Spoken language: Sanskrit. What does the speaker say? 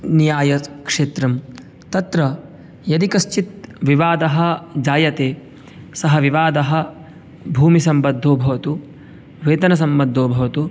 न्यायक्षेत्रम् तत्र यदि कश्चित् विवादः जायते सः विवादः भूमिसम्बद्धो भवतु वेतनसम्बद्धो भवतु